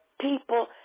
people